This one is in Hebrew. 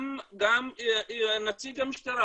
גם נציג המשטרה,